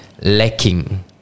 lacking